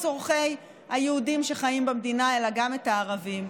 צורכי היהודים שחיים במדינה אלא גם את הערבים.